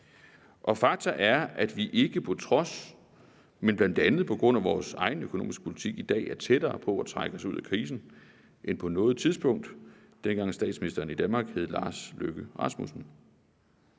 Og faktum er, at vi ikke på trods, men bl.a. på grund af vores egen økonomiske politik i dag er tættere på at trække os ud af krisen end på noget tidspunkt, dengang statsministeren i Danmark hed Lars Løkke Rasmussen.